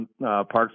parks